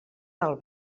del